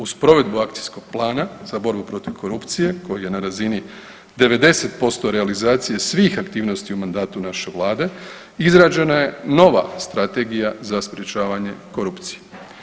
Uz provedbu Akcijskog plana za borbu protiv korupcije koji je na razini 90% realizacije svih aktivnosti u mandatu naše Vlade, izrađena je nova Strategija za sprječavanje korupcije.